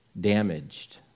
damaged